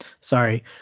Sorry